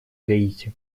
гаити